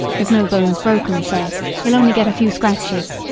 there's no bones broken, sir he'll only get a few scratches.